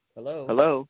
Hello